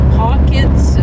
pockets